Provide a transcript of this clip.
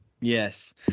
Yes